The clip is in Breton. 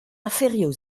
aferioù